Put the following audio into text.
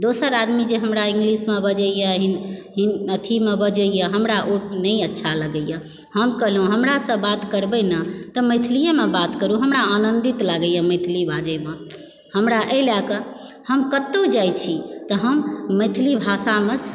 दोसर आदमी जे हमरा इंग्लिशमे बजयए या हिन्दी या अथीमे बजयए हमरा ओ नहि अच्छा लगयए हम कहलहुँ हमरासँ बात करबय न तऽ मैथिलीएमे बात करु हमरा आनन्दित लागयए मैथिली बाजयमे हमरा एहि लयकऽ हम कतहुँ जाइत छी तऽ हम मैथिली भाषामे